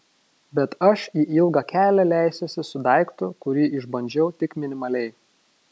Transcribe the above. bet aš į ilgą kelią leisiuosi su daiktu kurį išbandžiau tik minimaliai